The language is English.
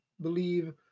believe